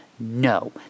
No